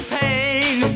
pain